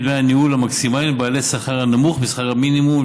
דמי הניהול המקסימליים הם בעלי שכר הנמוך משכר המינימום,